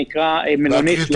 שנקרא מלונית למשפחות מעורבות.